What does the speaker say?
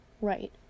Right